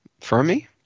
Fermi